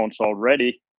already